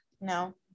no